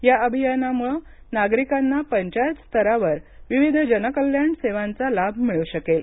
या अभियानाम्ळे नागरिकांना पंचायत स्तरावर विविध जनकल्याण सेवांचा लाभ मिळू शकेल